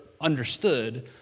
understood